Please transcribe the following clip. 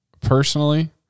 personally